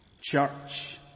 church